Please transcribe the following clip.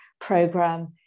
program